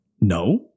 No